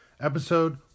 Episode